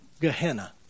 Gehenna